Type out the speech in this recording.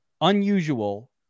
Unusual